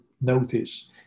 notice